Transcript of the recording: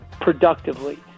productively